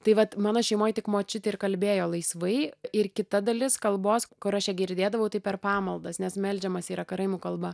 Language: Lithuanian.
tai vat mano šeimoj tik močiutė ir kalbėjo laisvai ir kita dalis kalbos kur aš ją girdėdavau tai per pamaldas nes meldžiamasi yra karaimų kalba